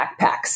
backpacks